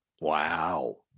Wow